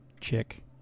chick